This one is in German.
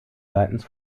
seitens